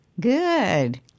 Good